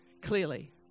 clearly